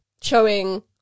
showing